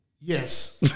Yes